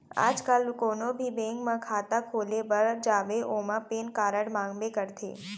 आज काल कोनों भी बेंक म खाता खोले बर जाबे ओमा पेन कारड मांगबे करथे